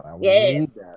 Yes